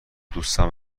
دوستم